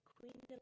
Queen